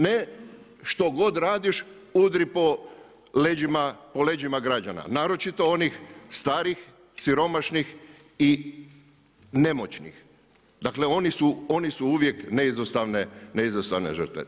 Ne što god radiš, udri po leđima građana, naročito onih starih, siromašnih i nemoćnih, dakle oni su uvijek neizostavne žrtve.